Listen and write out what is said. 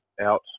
out